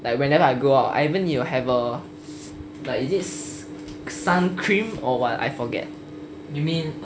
like whenever I go out I even need to have a like is it sun cream or what I forget